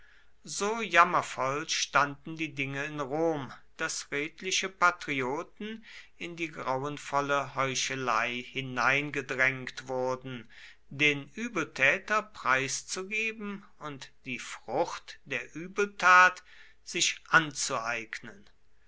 so jammervoll standen die dinge in rom daß redliche patrioten in die grauenvolle heuchelei hineingedrängt wurden den übeltäter preiszugeben und die frucht der übeltat sich anzueignen